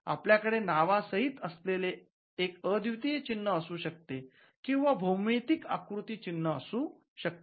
आपल्याकडे नावासहित असलेले एक अद्वितीय चिन्ह असू शकते किंवा भौमितिक आकृती चिन्ह असू शकते